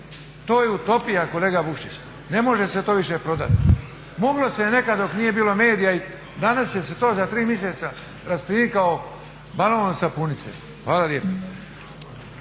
To je utopija kolega Vukšić, ne može se to više prodati. Moglo se je nekada dok nije bilo medija i danas će se to za tri mjeseca raspirit kao balon od sapunice. Hvala lijepo.